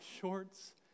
shorts